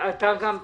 אתה גם תדבר.